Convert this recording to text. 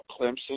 Clemson